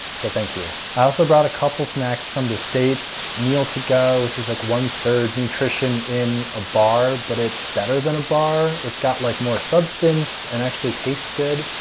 so, thank you. i also brought a couple snacks from the states meal to go which is like one three nutrition in a bar, but it's better than a bar. it's got like more substance and actually tastes good.